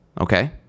Okay